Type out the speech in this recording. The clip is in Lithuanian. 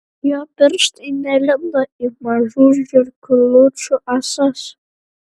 jo pirštai nelindo į mažų žirklučių ąsas